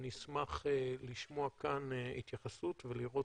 ואני אשמח לשמוע כאן התייחסות ולראות